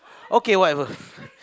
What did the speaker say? okay whatever